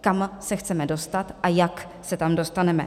kam se chceme dostat a jak se tam dostaneme.